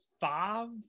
five